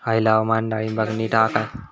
हयला हवामान डाळींबाक नीट हा काय?